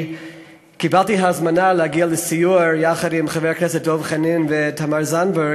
קיבלתי הזמנה להגיע לסיור יחד עם חברי הכנסת דב חנין ותמר זנדברג,